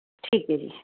ਠੀਕ ਐ ਜੀ